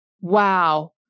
wow